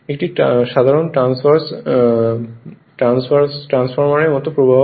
একটি সাধারণ ট্রান্সফরমারের মতো প্রবাহ